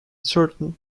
certain